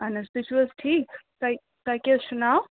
اَہن حظ تُہۍ چھُو حظ ٹھیٖک تۄہہِ تۄہہِ کیٛاہ حظ چھُو ناو